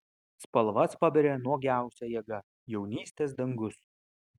spalvas paberia nuogiausia jėga jaunystės dangus